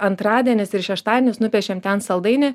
antradienis ir šeštadienis nupiešėm ten saldainį